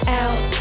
out